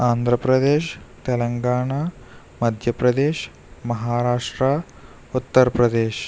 Andhra Pradesh Telangana Madhya Pradesh Maharashtra Uttar Pradesh